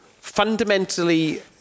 fundamentally